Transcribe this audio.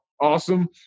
awesome